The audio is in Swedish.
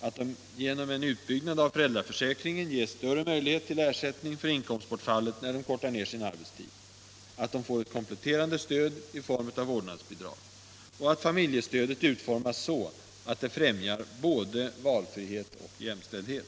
att de genom en utbyggnad av föräldraförsäkringen ges större möjlighet till ersättning för inkomstbortfallet när de kortar ned sin arbetstid, att de får ett kompletterande stöd i form av vårdnadsbidrag och att familjestödet utformas så att det främjar både valfrihet och jämställdhet.